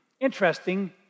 interesting